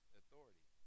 authority